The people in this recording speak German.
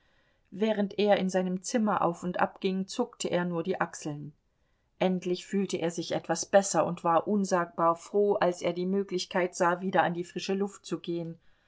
während er in seinem zimmer auf und ab ging zuckte er nur die achseln endlich fühlte er sich etwas besser und war unsagbar froh als er die möglichkeit sah wieder an die frische luft zu gehen